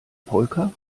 polka